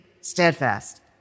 steadfast